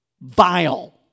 vile